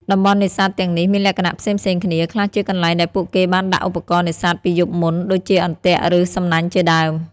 តំបន់នេសាទទាំងនេះមានលក្ខណៈផ្សេងៗគ្នា ខ្លះជាកន្លែងដែលពួកគេបានដាក់ឧបករណ៍នេសាទពីយប់មុន ដូចជាអន្ទាក់ឬសំណាញ់ជាដើម។